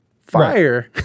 fire